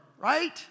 right